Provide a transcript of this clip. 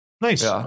Nice